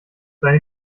seine